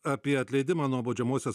apie atleidimą nuo baudžiamosios